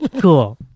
Cool